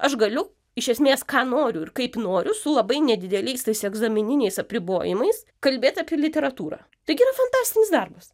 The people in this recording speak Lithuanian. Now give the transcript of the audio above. aš galiu iš esmės ką noriu ir kaip noriu su labai nedideliais tais egzamininiais apribojimais kalbėt apie literatūrą tagi yra fantastinis darbas